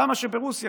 למה שברוסיה,